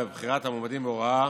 אלא בחירת המועמדים להוראה